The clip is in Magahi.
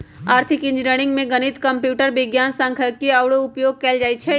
आर्थिक इंजीनियरिंग में गणित, कंप्यूटर विज्ञान, सांख्यिकी आउरो के उपयोग कएल जाइ छै